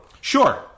Sure